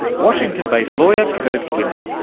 washington-based lawyer kurt wimmer,